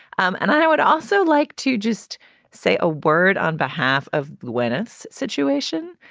um and i would also like to just say a word on behalf of gwyneth's situation,